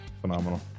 Phenomenal